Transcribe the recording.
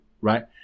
right